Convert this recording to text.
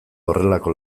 horrelako